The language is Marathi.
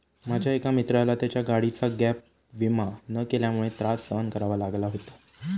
माझ्या एका मित्राला त्याच्या गाडीचा गॅप विमा न केल्यामुळे त्रास सहन करावा लागला होता